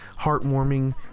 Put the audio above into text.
heartwarming